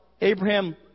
Abraham